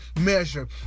measure